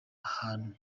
ahantu